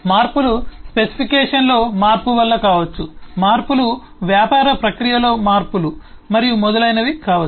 మార్పులు స్పెసిఫికేషన్లో మార్పు వల్ల కావచ్చు మార్పులు వ్యాపార ప్రక్రియలో మార్పులు మరియు మొదలైనవి కావచ్చు